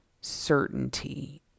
certainty